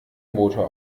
motor